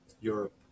Europe